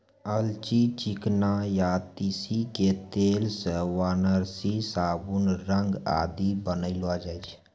अलसी, चिकना या तीसी के तेल सॅ वार्निस, साबुन, रंग आदि बनैलो जाय छै